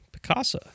Picasa